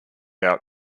out